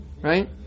right